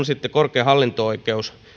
sitten korkein hallinto oikeus